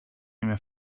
είμαι